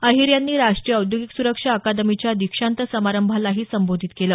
अहीर यांनी राष्टीय औद्योगिक सुरक्षा अकादमीच्या दीक्षांत समारंभालाही संबोधित केलं